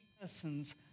persons